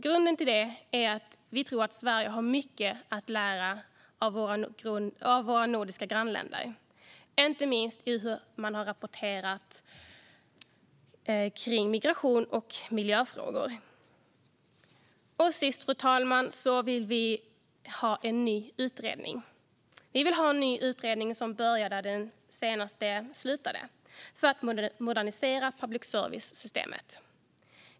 Grunden för detta är att vi tror att Sverige har mycket att lära av sina nordiska grannländer, inte minst i hur man har rapporterat kring migration och miljöfrågor. Vi vill även ha en ny utredning gällande att modernisera public service-systemet, fru talman - en utredning som börjar där den senaste slutade.